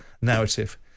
narrative